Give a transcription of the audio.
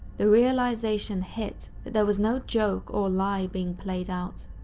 the realisation hit that there was no joke or lie being played out.